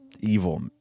evil